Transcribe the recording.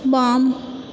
बाम